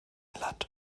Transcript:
inland